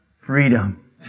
freedom